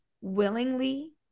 willingly